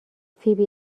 فیبی